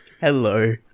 Hello